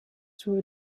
through